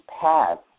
paths